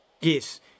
Yes